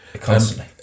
Constantly